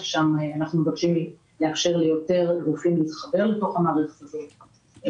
ששם אנחנו מבקשים לאפשר ליותר גופים להתחבר אל תוך המערכת הזאת,